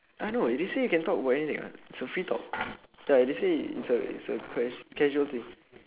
ah no they say you can talk about anything ah it's a free top~ ya they say it's a it's ca~ casual thing